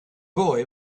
boy